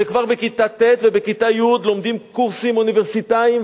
שכבר בכיתה ט' ובכיתה י' לומדים קורסים אוניברסיטאיים,